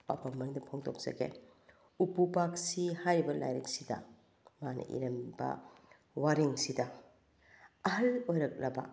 ꯋꯥꯐꯝ ꯑꯃꯅꯤꯗ ꯐꯣꯡꯗꯣꯛꯆꯒꯦ ꯎꯄꯨ ꯄꯥꯛꯁꯤ ꯍꯥꯏꯔꯤꯕ ꯂꯥꯏꯔꯤꯛꯁꯤꯗ ꯃꯥꯅ ꯏꯔꯝꯃꯤꯕ ꯋꯥꯔꯦꯡꯁꯤꯗ ꯑꯍꯜ ꯑꯣꯏꯔꯛꯂꯕ